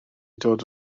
dod